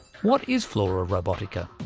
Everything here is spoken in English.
what is flora robitica?